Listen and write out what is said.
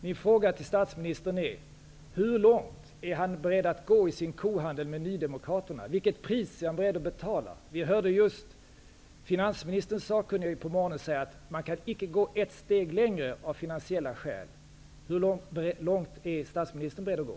Min fråga till statsministern är: Hur långt är statsministern beredd att gå i sin kohandel med nydemokraterna? Vilket pris är han beredd att betala? I morse hörde vi finansministerns sakkunnige säga att man icke kan gå ett steg längre, av finansiella skäl. Hur långt är statsministern beredd att gå?